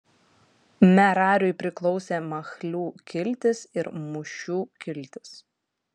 merariui priklausė machlių kiltis ir mušių kiltis